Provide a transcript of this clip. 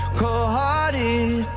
cold-hearted